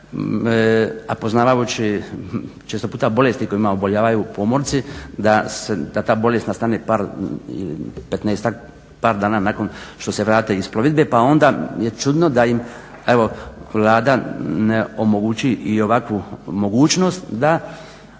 a poznavajući često puta bolesti kojima oboljevaju pomorci da ta bolest nastane par, ili 15-tak dana nakon što se vrate iz plovidbe pa onda je čudno da im evo Vlada ne omogući i ovakvu mogućnost da